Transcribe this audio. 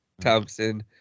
Thompson